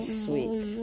sweet